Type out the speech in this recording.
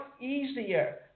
easier